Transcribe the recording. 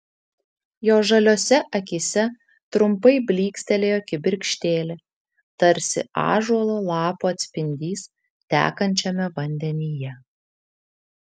jo žaliose akyse trumpai blykstelėjo kibirkštėlė tarsi ąžuolo lapų atspindys tekančiame vandenyje